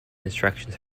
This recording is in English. instructions